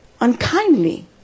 unkindly